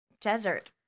desert